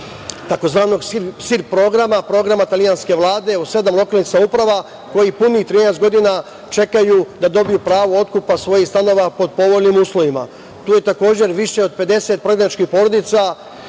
tzv. SIR programa, programa italijanske Vlade u sedam lokalnih samouprava koji punih 13 godina čekaju da dobiju pravo otkupa svojih stanova pod povoljnim uslovima. Tu je takođe više od 50 prognaničkih porodica